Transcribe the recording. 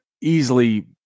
easily